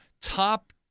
top